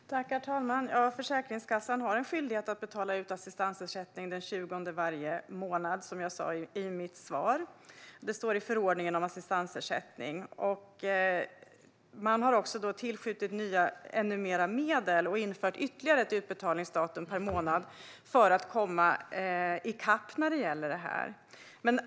Herr talman! Som jag sa i mitt svar har Försäkringskassan en skyldighet att betala ut assistansersättning den 20 varje månad. Det står i förordningen om assistansersättningen. Man har också tillskjutit ännu mer medel och infört ytterligare ett utbetalningsdatum per månad för att komma i kapp.